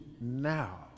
now